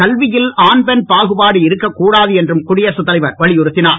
கல்வியில் ஆண் பெண் பாகுபாடு இருக்கக் கூடாது என்றும் குடியரசுத் தலைவர் வலியுறுத்தினார்